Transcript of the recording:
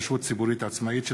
לרשות ציבורית עצמאית.